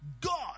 God